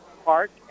park